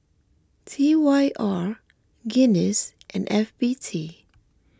T Y R Guinness and F B T